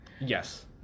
Yes